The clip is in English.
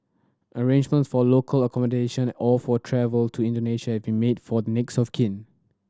arrangements for local accommodation or for travel to Indonesia have been made for the next of kin